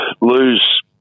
lose –